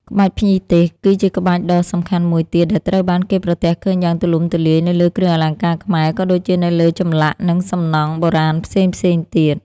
ក្បាច់ភ្ញីទេស គឺជាក្បាច់ដ៏សំខាន់មួយទៀតដែលត្រូវបានគេប្រទះឃើញយ៉ាងទូលំទូលាយនៅលើគ្រឿងអលង្ការខ្មែរ ក៏ដូចជានៅលើចម្លាក់ និងសំណង់បុរាណផ្សេងៗទៀត។